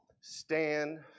stand